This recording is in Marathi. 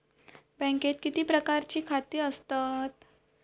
बँकेत किती प्रकारची खाती असतत?